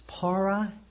para